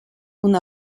und